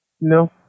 No